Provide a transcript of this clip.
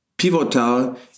pivotal